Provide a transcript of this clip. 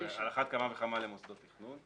אחת כמה וכמה למוסדות תכנון.